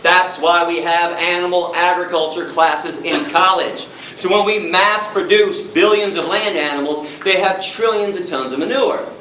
that's why we have animal agriculture classes in college. so when we mass produce billions of land animals, they have trillions of tons of manure.